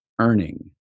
earning